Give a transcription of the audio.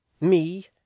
Me